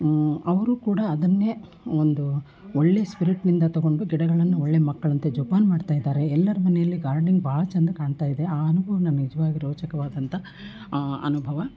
ಅವರೂ ಕೂಡ ಅದನ್ನೇ ಒಂದು ಒಳ್ಳೆಯ ಸ್ಪಿರಿಟ್ನಿಂದ ತೊಗೊಂಡು ಗಿಡಗಳನ್ನು ಒಳ್ಳೆಯ ಮಕ್ಕಳಂತೆ ಜೋಪಾನ ಮಾಡ್ತಾ ಇದ್ದಾರೆ ಎಲ್ಲರ ಮನೆಯಲ್ಲಿ ಗಾರ್ಡ್ನಿಂಗ್ ಭಾಳ ಚೆಂದ ಕಾಣ್ತಾಯಿದೆ ಆ ಅನುಭವಾನ ನಿಜ್ವಾಗಿ ರೋಚಕವಾದಂಥ ಅನುಭವ